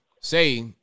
say